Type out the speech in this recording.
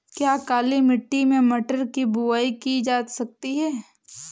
क्या काली मिट्टी में मटर की बुआई की जा सकती है?